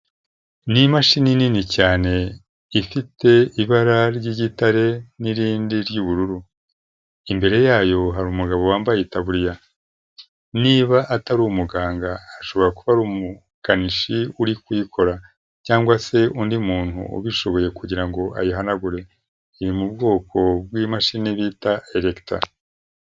Ni imashini nini cyane ifite ibara ry'igitare n'irindi ry'ubururu. Imbere yayo hari umugabo wambaye itaburiya. Niba atari umuganga ashobora kuba ari umukanishi uri kuyikora. Cyangwa se undi muntu ubishoboye kugira ngo ngo ayihanagure. Iri mu bwoko bw'imashini bita Elekta.